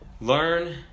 learn